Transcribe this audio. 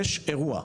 יש אירוע,